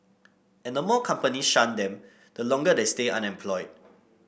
and the more companies shun them the longer they stay unemployed